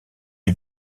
est